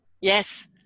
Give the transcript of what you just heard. Yes